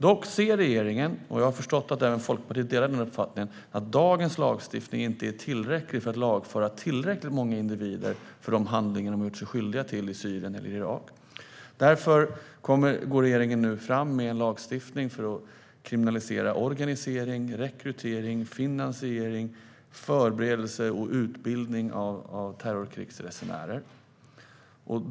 Dock ser regeringen - och jag har förstått att Folkpartiet delar den uppfattningen - att dagens lagstiftning inte är tillräcklig för att lagföra tillräckligt många individer för de handlingar de har gjort sig skyldiga till i Syrien eller Irak. Därför går regeringen nu fram med en lagstiftning för att kriminalisera organisering, rekrytering, finansiering, förberedelse och utbildning av terrorkrigsresenärer.